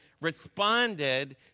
responded